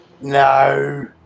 No